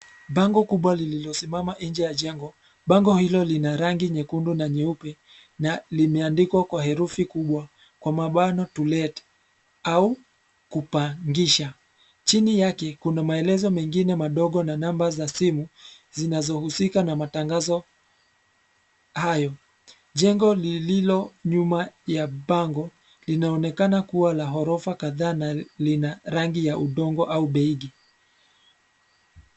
Bango kubwa lililosimama nje ya jengo, bango hilo lina rangi ya nyekundu na nyeupe, na limeandikwa kwa herufi kubwa, kwa mabano To Let , au, kupangisha, china yake kuna maelezo mengine madogo na numba za simu, zinazohusika na matangazo, hayo, jengo lililo nyuma ya bango, linaonekana kuwa la ghorofa kadhaa na lina rangi ya udongo au beigi.